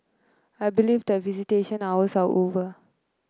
I believe that visitation hours are over